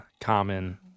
Common